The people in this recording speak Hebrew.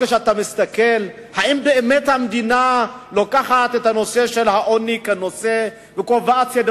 כשאתה מסתכל אם באמת המדינה לוקחת את העוני כנושא וקובעת סדר